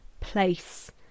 place